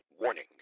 warning